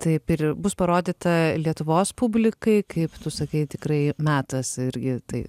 taip ir bus parodyta lietuvos publikai kaip tu sakei tikrai metas irgi tai